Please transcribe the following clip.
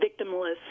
victimless